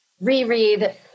reread